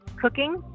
cooking